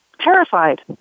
terrified